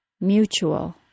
mutual